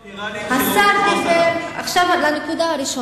אני כועס על כל דבר שנראה לי, לנקודה הראשונה,